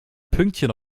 pünktchen